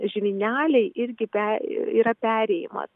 žvyneliai irgi per yra perėjimas